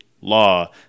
law